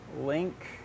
link